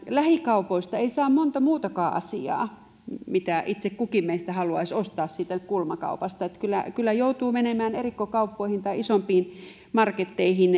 lähikaupoista ei saa montaa muutakaan asiaa mitä itse kukin meistä haluaisi ostaa siitä kulmakaupasta eli kyllä joutuu menemään erikoiskauppoihin tai isompiin marketteihin